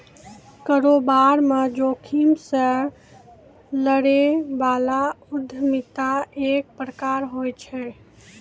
कारोबार म जोखिम से लड़ै बला उद्यमिता एक प्रकार होय छै